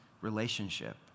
relationship